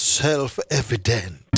self-evident